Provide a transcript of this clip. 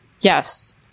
Yes